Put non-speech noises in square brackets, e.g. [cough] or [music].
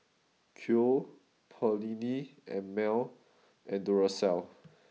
Qoo Perllini and Mel and Duracell [noise]